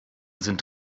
sind